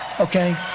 Okay